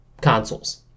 consoles